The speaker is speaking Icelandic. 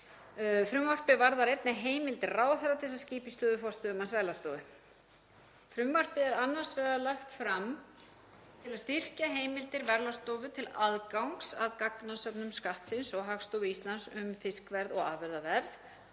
Frumvarpið varðar einnig heimild ráðherra til að skipa í stöðu forstöðumanns Verðlagsstofu. Frumvarpið er annars vegar lagt fram til að styrkja heimildir Verðlagsstofu til aðgangs að gagnasöfnum Skattsins og Hagstofu Íslands um fiskverð og afurðaverð